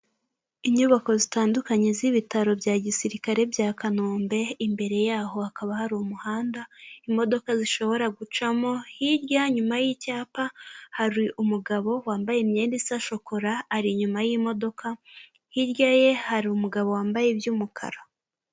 Inyubako zitandukanye z'ibitaro bya gisirikare bya Kanombe, imbere yaho hakaba hari umuhanda imodoka zishobora gucamo, hirya inyuma y'icyapa hari umugabo wambaye imyenda isa shokora ari inyuma y'imodoka, hirya ye hari umugabo wambaye iby'umukara.